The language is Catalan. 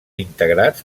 integrats